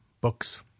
books